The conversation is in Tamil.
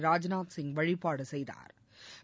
ராஜ்நாத் சிங் வழிபாடு செய்தாா்